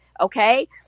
Okay